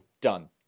Done